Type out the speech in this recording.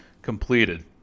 completed